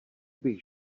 bych